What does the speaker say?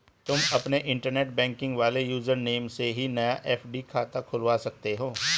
तुम अपने internet banking वाले यूज़र नेम से ही नया एफ.डी खाता खुलवा सकते हो